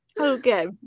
Okay